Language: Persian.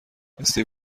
استیو